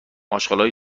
آشغالای